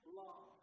love